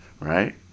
right